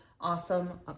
awesome